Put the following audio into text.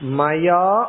maya